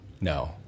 No